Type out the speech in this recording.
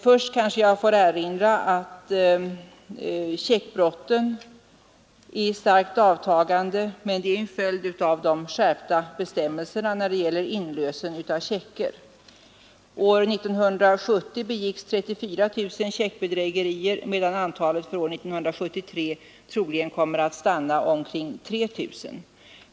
Först kanske jag får erinra om att checkbrotten är i starkt avtagande, men det är en följd av de skärpta bestämmelserna när det gäller inlösen av checkar. År 1970 begicks 34 000 checkbedrägerier, medan antalet för år 1973 troligen kommer att stanna vid omkring 3 000.